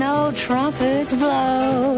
no no